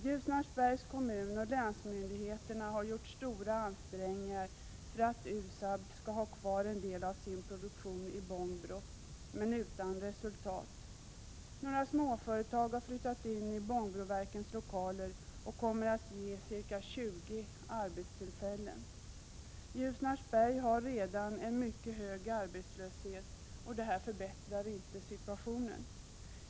Ljusnarsbergs kommun och länsmyndigheter har gjort stora ansträngningar för att USAB skulle ha kvar en del av sin produktion i Bångbro, men utan resultat. Några småföretag har flyttat in i Bångbroverkens lokaler och kommer att ge ca 20 arbetstillfällen. Ljusnarsberg har redan en mycket hög arbetslöshet, och det här förbättrar inte situationen.